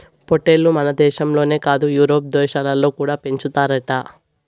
పొట్టేల్లు మనదేశంలోనే కాదు యూరోప్ దేశాలలో కూడా పెంచుతారట